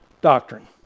doctrine